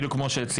בדיוק כמו שציינה